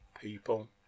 people